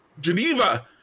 Geneva